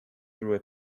through